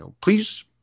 please